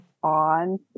on